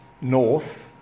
north